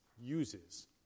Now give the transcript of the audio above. uses